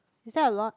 is that a lot